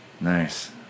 Nice